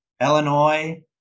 Illinois